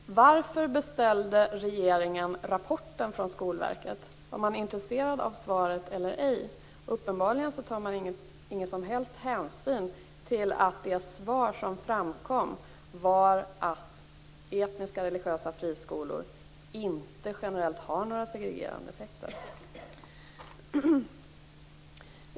Herr talman! Varför beställde regeringen rapporten från Skolverket? Var den intresserad av svaret eller ej? Uppenbarligen tar regeringen ingen som helst hänsyn till att svaret som framkom var att etniska och religiösa friskolor generellt inte har några segregerande effekter.